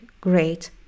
great